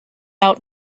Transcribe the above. out